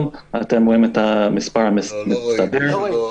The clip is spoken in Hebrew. אתם יכולים לראות את המספר המצטבר.